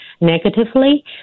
negatively